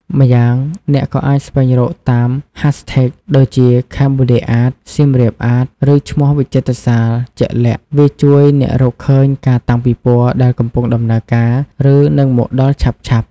ម្យ៉ាងអ្នកក៏អាចស្វែងរកតាម ហាសថេក ដូចជាខេមបូឌៀអាត សៀមរាបអាត ឬឈ្មោះវិចិត្រសាលជាក់លាក់ វាជួយអ្នករកឃើញការតាំងពិពណ៌ដែលកំពុងដំណើរការ ឬនឹងមកដល់ឆាប់ៗ។